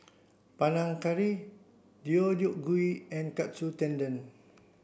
Panang Curry Deodeok Gui and Katsu Tendon